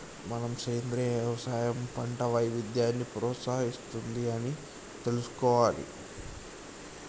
మనం సెంద్రీయ యవసాయం పంట వైవిధ్యాన్ని ప్రోత్సహిస్తుంది అని తెలుసుకోవాలి